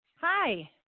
Hi